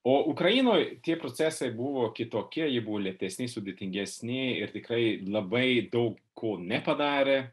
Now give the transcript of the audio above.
o ukrainoj tie procesai buvo kitokie jie buvo lėtesni sudėtingesni ir tikrai labai daug ko nepadarė